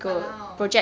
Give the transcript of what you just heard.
!walao!